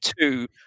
two